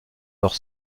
leur